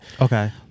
Okay